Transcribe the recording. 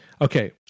Okay